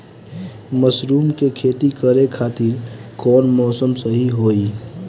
Mushroom के खेती करेके खातिर कवन मौसम सही होई?